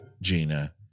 Gina